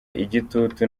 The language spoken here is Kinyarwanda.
igitutu